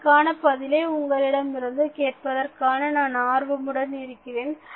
இதற்கான பதிலை உங்களிடமிருந்து கேட்பதற்காக நான் ஆர்வமுடன் இருக்கிறேன்